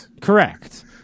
Correct